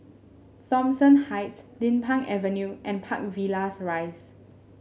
Thomson Heights Din Pang Avenue and Park Villas Rise